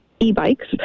e-bikes